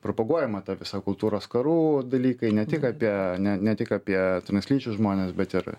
propaguojama ta visa kultūros karų dalykai ne tik apie ne ne tik apie translyčius žmones bet ir